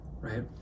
right